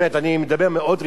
אני מדבר מאוד ברצינות,